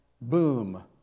Boom